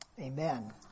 Amen